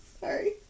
Sorry